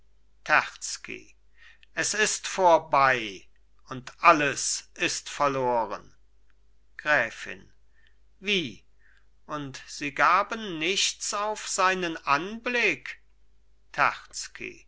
es ist vorbei und alles ist verloren gräfin wie und sie gaben nichts auf seinen anblick